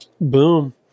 Boom